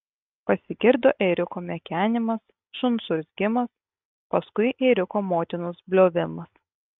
pasigirdo ėriuko mekenimas šuns urzgimas paskui ėriuko motinos bliovimas